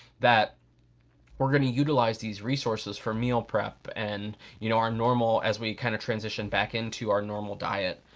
that were gonna utilize these reasources for meal prep and you know our normal, as we kinda transition back into our normal diet.